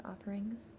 offerings